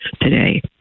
today